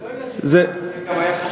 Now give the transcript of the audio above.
זה לא עניין של במה להתעסק, זה גם היה חשוב.